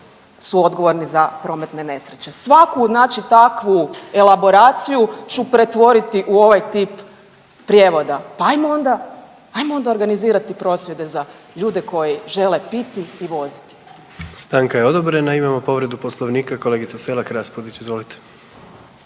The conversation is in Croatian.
su odgovorni za prometne nesreće. Svaku znači takvu elaboraciju ću pretvoriti u ovaj tip prijevoda. Pa ajmo onda, ajmo onda organizirati prosvjete za ljude koji žele piti i voziti. **Jandroković, Gordan (HDZ)** Stanka je odobrena. Imamo povredu Poslovnika, kolegica Selak Raspudić, izvolite.